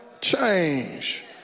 change